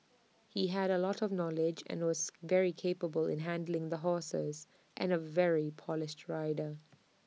he had A lot of knowledge and was very capable in handling the horses and A very polished rider